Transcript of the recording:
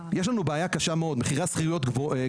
אז יש לנו בעיה קשה מאוד עם זה שמחירי שכירויות גבוהים,